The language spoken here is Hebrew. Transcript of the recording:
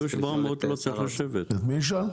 את מי לשאול?